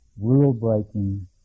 rule-breaking